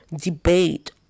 debate